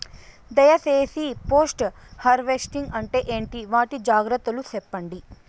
దయ సేసి post harvesting అంటే ఏంటి? వాటి జాగ్రత్తలు సెప్పండి?